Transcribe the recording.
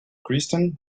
kristen